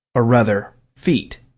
or, rather, feet.